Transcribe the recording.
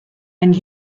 and